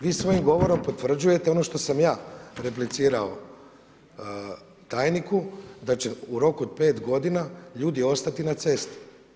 Vi svojim govorom potvrđujete ono što sam ja replicirao tajniku da će u roku od 5 godina ljudi ostati na cesti.